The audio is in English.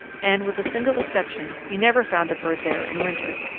and, with a single exception, he never found a bird there in winter.